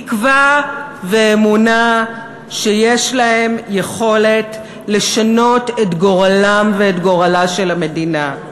תקווה ואמונה שיש להם יכולת לשנות את גורלם ואת גורלה של המדינה.